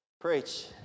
Preach